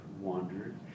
wandered